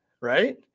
right